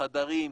חדרים,